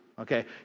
Okay